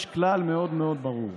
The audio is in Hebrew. יש כלל מאוד ברור: